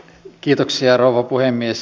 kiitoksia rouva puhemies